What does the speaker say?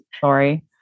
sorry